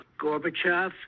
Gorbachev